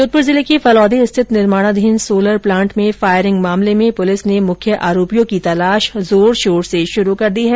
जोधपुर जिले के फलोदी स्थित निर्माणाधीन सोलर प्लांट में फायरिंग मामले में पुलिस ने मुख्य आरोपियों की तलाश जोर शोर से शुरू कर दी है